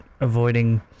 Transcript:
avoiding